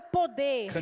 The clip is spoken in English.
poder